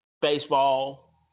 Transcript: baseball